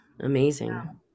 amazing